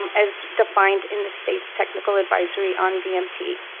um as defined in the state's technical advisory on vmt.